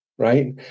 right